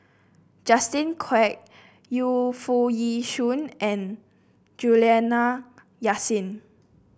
Justin Quek Yu Foo Yee Shoon and Juliana Yasin